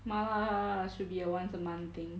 麻辣 should be a once a month thing